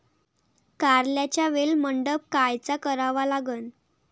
कारल्याचा वेल मंडप कायचा करावा लागन?